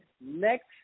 next